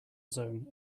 zone